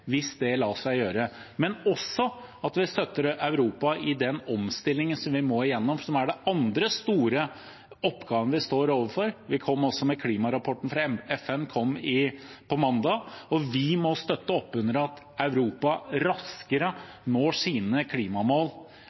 hvis det lar seg gjøre. Men jeg håper også at vi støtter Europa i den omstillingen som vi må igjennom, som er den andre store oppgaven vi står overfor. Klimarapporten fra FN kom på mandag, og vi må støtte opp under at Europa raskere når sine klimamål,